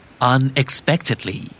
Unexpectedly